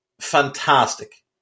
fantastic